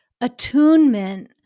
attunement